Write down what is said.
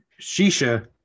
Shisha